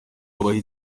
babahe